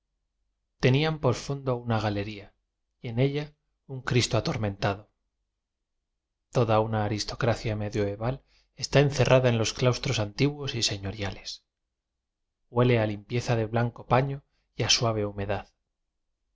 tenían por fondo una galería y en ella un cristo atormentado toda una aristocracia medioeval está encerrada en los claustros antiguos y señoriales hue le a limpieza de blanco paño y a suave hu